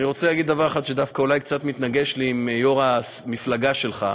אני רוצה להגיד דבר אחד שדווקא אולי קצת מתנגש לי עם יו"ר המפלגה שלך.